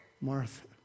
Martha